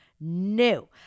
No